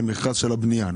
זה מכרז של הבנייה.